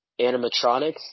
animatronics